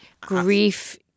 grief